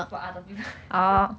for other people